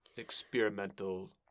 experimental